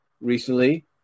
recently